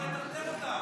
למה לטרטר אותם?